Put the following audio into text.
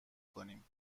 کنیم